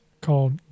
called